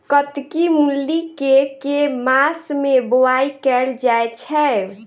कत्की मूली केँ के मास मे बोवाई कैल जाएँ छैय?